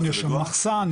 יש שם מחסן,